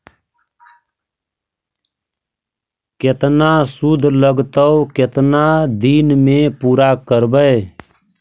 केतना शुद्ध लगतै केतना दिन में पुरा करबैय?